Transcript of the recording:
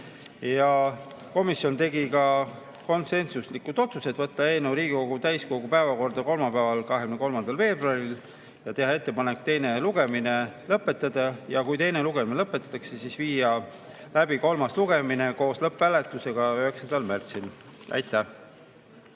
Komisjon tegi ka konsensuslikud otsused võtta eelnõu Riigikogu täiskogu päevakorda kolmapäeval, 23. veebruaril ja teha ettepanek teine lugemine lõpetada, ja kui teine lugemine lõpetatakse, siis viia läbi kolmas lugemine koos lõpphääletusega 9. märtsil. Aitäh!